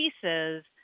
pieces